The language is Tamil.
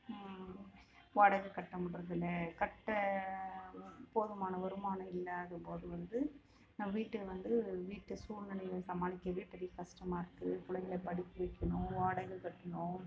வாடகை கட்ட முடிறதில்ல கட்ட போதுமான வருமானம் இல்லாத போது வந்து நம்ம வீட்டை வந்து வீட்டு சூழ்நிலைய சமாளிக்கவே பெரிய கஷ்டமா இருக்குது பிள்ளைங்களை படிக்க வெக்கணும் வாடகை கட்டணும்